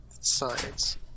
science